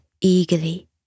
eagerly